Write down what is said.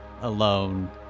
alone